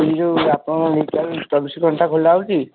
ଏଇ ଯେଉଁ ଆପଣଙ୍କ ମେଡ଼ିକାଲ ଚବିଶି ଘଣ୍ଟା ଖୋଲା ହଉଛି